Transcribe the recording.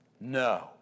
No